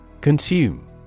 Consume